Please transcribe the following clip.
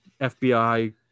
FBI